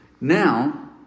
Now